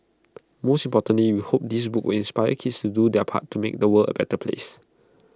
most importantly we hope this book will inspire kids to do their part to make the world A better place